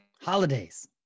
holidays